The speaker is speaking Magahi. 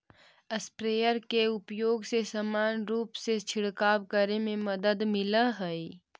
स्प्रेयर के उपयोग से समान रूप से छिडकाव करे में मदद मिलऽ हई